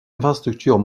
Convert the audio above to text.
infrastructures